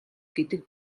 гэдэг